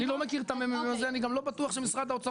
אני לא מכיר את הממ"מ הזה ואני גם לא בטוח שמשרד האוצר